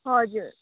हजुर